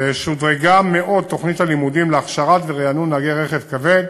ושודרגה מאוד תוכנית הלימודים להכשרה ורענון נהגי רכב כבד.